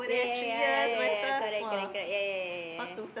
yeah yeah yeah yeah yeah yeah correct correct yeah yeah yeah